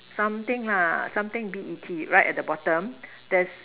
something lah something B E T right at the bottom there's